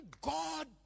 god